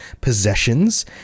possessions